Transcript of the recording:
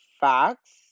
fox